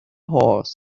horse